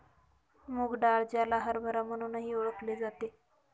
मूग डाळ, ज्याला हरभरा म्हणूनही ओळखले जाते